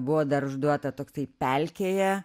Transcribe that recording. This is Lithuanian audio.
buvo dar užduota toksai pelkėje